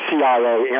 CIA